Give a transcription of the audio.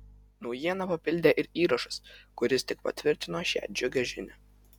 naujieną papildė ir įrašas kuris tik patvirtino šią džiugią žinią